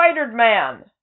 Spider-Man